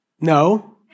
No